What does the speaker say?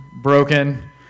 broken